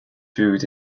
food